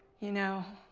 you know,